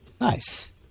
nice